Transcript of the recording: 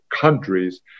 countries